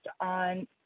on